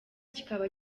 kikaba